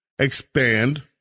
Expand